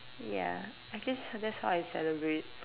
ya I guess that's how I celebrate